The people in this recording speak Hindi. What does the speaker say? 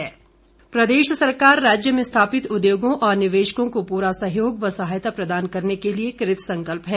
बिकम सिंह प्रदेश सरकार राज्य में स्थापित उद्योगों और निवेशकों को पूरा सहयोग व सहायता प्रदान करने के लिए कृत संकल्प है